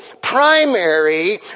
primary